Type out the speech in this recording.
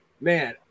man